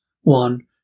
One